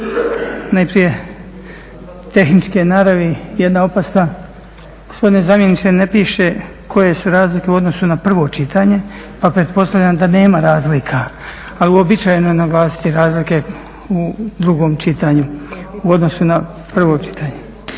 Najprije tehničke naravi jedna opaska, gospodine zamjeniče ne piše koje su razlike u odnosu na prvo čitanje pa pretpostavljam da nema razlika, ali uobičajeno je naglasiti razlike u drugom čitanju u odnosu na prvo čitanje.